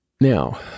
Now